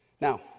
Now